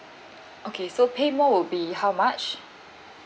okay so pay more will be how much